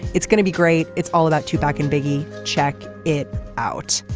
it's gonna be great. it's all about two back and biggie. check it out.